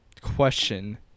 question